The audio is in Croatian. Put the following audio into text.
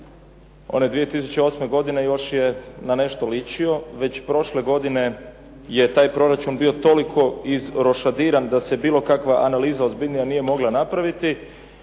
one 2008. godine još je na nešto ličio. Već prošle godine je taj proračun bio toliko izrošadiran da se bilo kakva analiza ozbiljnija nije mogla napraviti,